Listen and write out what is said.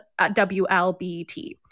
WLBT